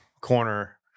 corner